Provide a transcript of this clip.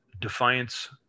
Defiance